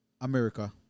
America